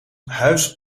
huis